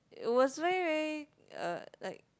it was very very uh like